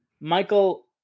Michael